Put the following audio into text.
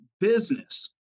business